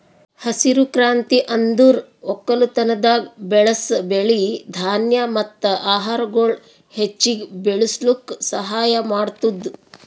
ಹಸಿರು ಕ್ರಾಂತಿ ಅಂದುರ್ ಒಕ್ಕಲತನದಾಗ್ ಬೆಳಸ್ ಬೆಳಿ, ಧಾನ್ಯ ಮತ್ತ ಆಹಾರಗೊಳ್ ಹೆಚ್ಚಿಗ್ ಬೆಳುಸ್ಲುಕ್ ಸಹಾಯ ಮಾಡ್ತುದ್